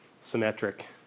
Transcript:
symmetric